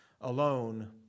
alone